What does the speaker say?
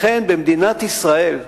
לכן במדינת ישראל,